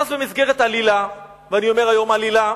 ואז במסגרת עלילה, ואני אומר היום "עלילה"